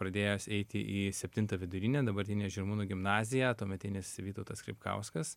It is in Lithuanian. pradėjęs eiti į septintą vidurinę dabartinę žirmūnų gimnaziją tuometinis vytautas skripkauskas